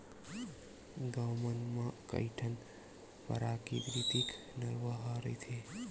गाँव मन म कइठन पराकिरितिक नरूवा ह रहिथे